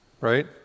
Right